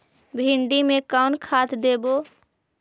भिंडी में कोन खाद देबै?